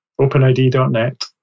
openid.net